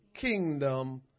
kingdom